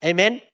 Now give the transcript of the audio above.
Amen